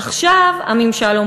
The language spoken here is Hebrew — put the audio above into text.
עכשיו הממשל,